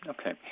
Okay